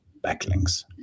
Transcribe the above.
backlinks